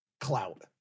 clout